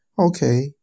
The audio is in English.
Okay